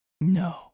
No